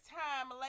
time